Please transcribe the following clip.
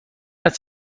است